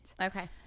Okay